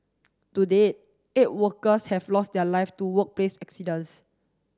to date eight workers have lost their life to workplace accidents